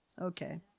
okay